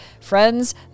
Friends